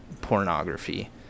pornography